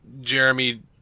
Jeremy